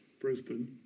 Brisbane